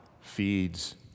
feeds